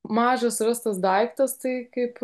mažas rastas daiktas tai kaip